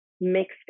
mixed